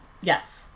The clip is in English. yes